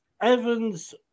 Evans